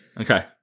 Okay